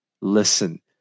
listen